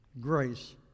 grace